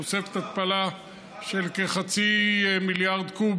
תוספת התפלה של כחצי מיליארד קוב